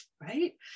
right